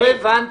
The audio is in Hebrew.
לא הבנתי.